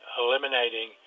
eliminating